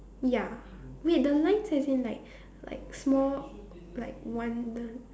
ya wait the lines as in like like small like one the